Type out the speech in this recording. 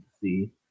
see